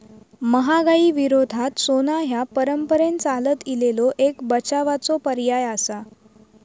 महागाई विरोधात सोना ह्या परंपरेन चालत इलेलो एक बचावाचो पर्याय आसा